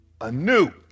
anew